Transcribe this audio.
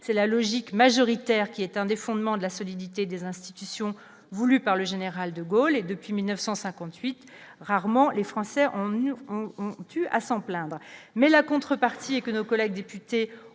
c'est la logique majoritaire, qui est un des fondements de la solidité des institutions voulue par le général de Gaulle et depuis 1958 rarement les Français en ont eu à s'en plaindre, mais la contrepartie est que nos collègues députés